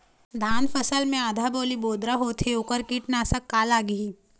धान फसल मे आधा बाली बोदरा होथे वोकर कीटनाशक का लागिही?